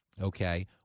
Okay